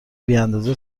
بیاندازه